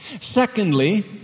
Secondly